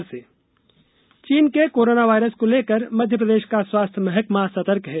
corona virus चीन के corona virus को लेकर मध्यप्रदेश का स्वास्थ्य महकमा सतर्क है